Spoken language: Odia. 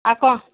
ଆଉ କ'ଣ